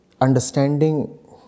understanding